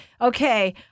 okay